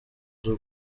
z’u